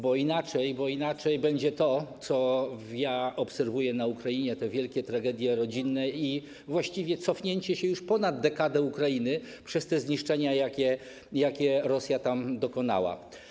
bo inaczej będzie to, co obserwuję na Ukrainie, te wielkie tragedie rodzinne i właściwie cofnięcie się już o ponad dekadę Ukrainy przez te zniszczenia, jakich Rosja tam dokonała.